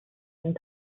and